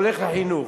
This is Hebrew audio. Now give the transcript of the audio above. הולכים לחינוך.